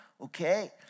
Okay